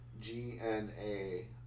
G-N-A